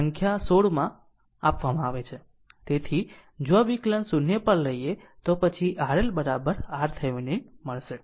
તેથી જો આ વિકલન 0 પર લઈએ તો પછી RL RThevenin મળશે